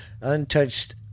untouched